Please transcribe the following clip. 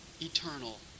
eternal